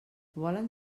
volen